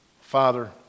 father